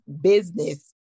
business